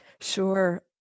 Sure